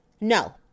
No